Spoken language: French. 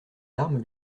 larmes